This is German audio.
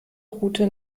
route